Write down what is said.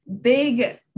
big